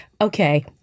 Okay